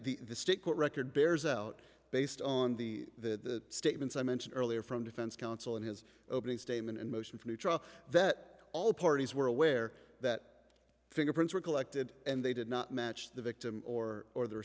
again the state court record bears out based on the the statements i mentioned earlier from defense counsel in his opening statement in motion for new trial that all parties were aware that fingerprints were collected and they did not match the victim or or the